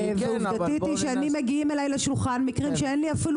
-- ועובדתית מגיעים אליי לשולחן מקרים שאין לי אפילו